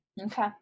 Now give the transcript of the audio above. Okay